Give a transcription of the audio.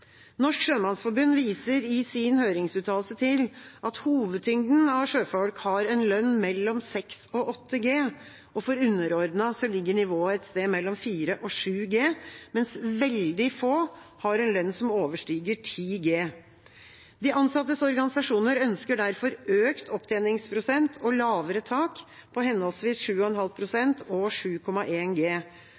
Norsk Sjømannsforbund viser i sin høringsuttalelse til at hovedtyngden av sjøfolk har en lønn mellom 6G og 8G. For underordnede ligger nivået et sted mellom 4G og 7G, mens veldig få har en lønn som overstiger 10G. De ansattes organisasjoner ønsker derfor økt opptjeningsprosent og lavere tak, på henholdsvis 7,5 pst. og 7,1G. Arbeiderpartiet er enig i at det gir ordningen en